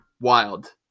wild